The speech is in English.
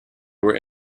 were